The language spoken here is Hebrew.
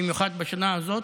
במיוחד בשנה הזאת,